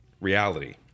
Reality